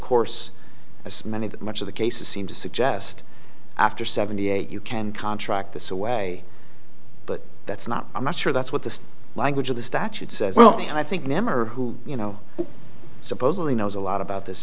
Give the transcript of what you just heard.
course as many that much of the cases seem to suggest after seventy eight you can contract this away but that's not i'm not sure that's what the language of the statute says well i think namor who you know supposedly knows a lot about this